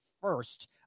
first